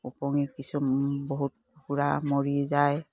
ওপঙি কিছু বহুত কুকুৰা মৰি যায়